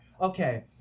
okay